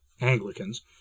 Anglicans